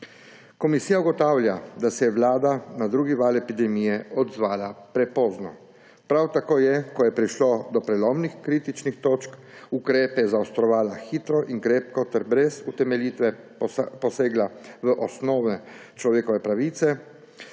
Komisija ugotavlja, da se je vlada na drugi val epidemije odzvala prepozno. Prav tako je, ko je prišlo do prelomnih kritičnih točk, ukrepe zaostrovala hitro in krepko ter brez utemeljitve posegla v osnovne človekove pravice,